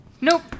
Nope